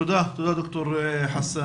תודה, תודה, ד"ר חסן.